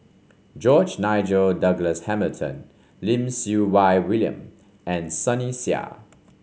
George Nigel Douglas Hamilton Lim Siew Wai William and Sunny Sia